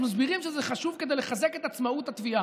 אז מסבירים שזה חשוב כדי לחזק את עצמאות התביעה.